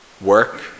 work